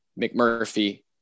mcmurphy